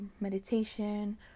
meditation